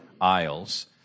aisles